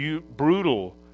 brutal